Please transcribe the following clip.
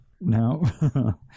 No